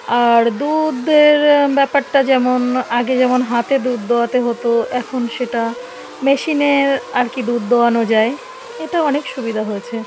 আর দুধের ব্যাপারটা যেমন আগে যেমন হাতে দুধ দোয়াতে হতো এখন সেটা মেশিনের আর কি দুধ দোয়ানো যায় এটা অনেক সুবিধা হয়েছে